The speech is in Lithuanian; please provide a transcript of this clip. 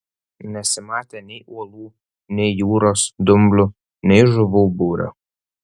nesimatė nei uolų nei jūros dumblių nei žuvų būrio